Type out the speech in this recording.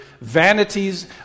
Vanities